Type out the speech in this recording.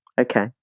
Okay